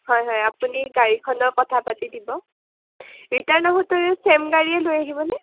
হয় হয় আপুনি গাড়ীখনৰ কথা পাতি দিব ৰিটাৰ্ণ আহোতে ছেম গাড়ীয়ে লৈ আহিবনে